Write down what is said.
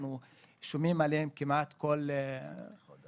שאנחנו שומעים עליהן כמעט כל חודשיים,